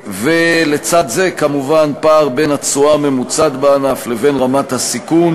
ולצד זה כמובן פער בין התשואה הממוצעת בענף לבין רמת הסיכון,